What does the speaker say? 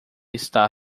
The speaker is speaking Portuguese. está